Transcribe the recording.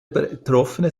betroffene